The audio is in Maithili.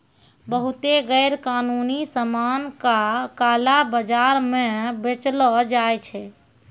बहुते गैरकानूनी सामान का काला बाजार म बेचलो जाय छै